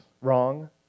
wrong